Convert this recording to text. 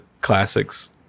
classics